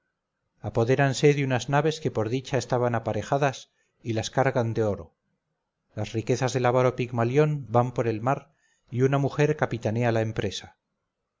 apodéranse de unas naves que por dicha estaban aparejadas y las cargan de oro las riquezas del avaro pigmalión van por el mar y una mujer capitanea la empresa